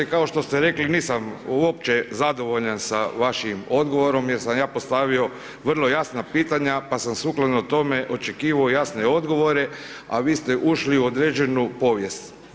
Kao što ste rekli, nisam uopće zadovoljan sa vašim odgovor jer sam ja postavio vrlo jasna pitanja pa sam sukladno tome očekivao jasne odgovore a vi ste ušli u određenu povijest.